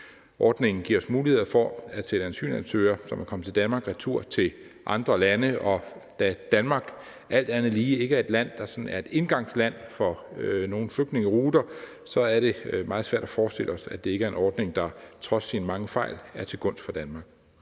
Ordningen giver os mulighed for at sende asylansøgere, som er kommet til Danmark, retur til andre lande, og da Danmark alt andet lige ikke er et land, der sådan er et indgangsland for nogen flygtningeruter, så er det meget svært at forestille sig, at det ikke er en ordning, der trods sine mange fejl er til gunst for Danmark.